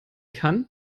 kann